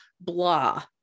blah